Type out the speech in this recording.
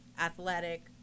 athletic